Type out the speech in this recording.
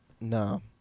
No